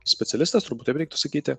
specialistas turbūt taip reiktų sakyti